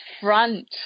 front